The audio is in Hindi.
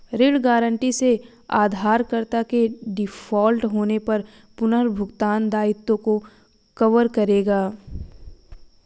ऋण गारंटी से उधारकर्ता के डिफ़ॉल्ट होने पर पुनर्भुगतान दायित्वों को कवर करेगा